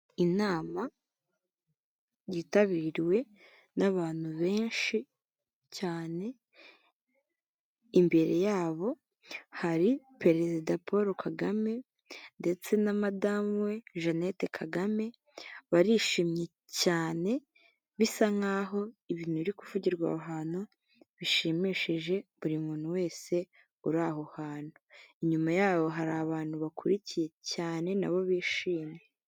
Inama yitabiriwe n'abantu benshi cyane imbere yabo hari perezida Paul Kagame ndetse na madamu we Jeannette Kagame barishimye cyane bisa nk'aho ibintu biri kuvugirwa aho hantu bishimishije buri muntu wese uri aho hantu. Inyuma yaho hari abantu bakurikiye cyane nabo bishimye.